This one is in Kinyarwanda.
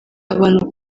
abantu